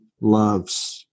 loves